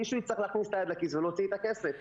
מישהו יצטרך להכניס את היד לכיס ולהוציא את הכסף.